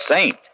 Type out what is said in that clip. Saint